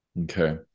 Okay